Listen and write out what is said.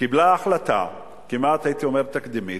קיבלה החלטה, כמעט הייתי אומר תקדימית,